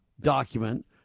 document